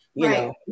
Right